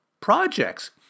projects